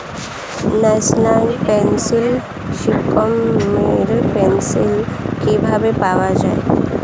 National pension scheme এর pension কিভাবে পাওয়া যায়?